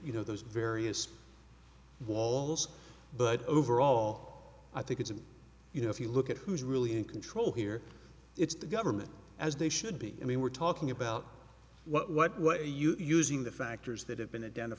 you know those various walls but overall i think it's a you know if you look at who's really in control here it's the government as they should be i mean we're talking about what what what a huge using the factors that have been identi